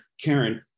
Karen